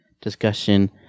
discussion